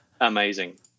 amazing